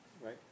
right